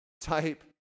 type